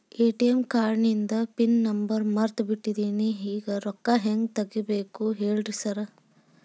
ATM ಕಾರ್ಡಿಂದು pin number ಮರ್ತ್ ಬಿಟ್ಟಿದೇನಿ ಈಗ ರೊಕ್ಕಾ ಹೆಂಗ್ ತೆಗೆಬೇಕು ಹೇಳ್ರಿ ಸಾರ್